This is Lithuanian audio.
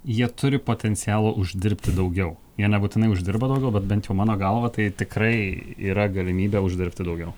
jie turi potencialo uždirbti daugiau jie nebūtinai uždirba daugiau bet bent jau mano galva tai tikrai yra galimybė uždirbti daugiau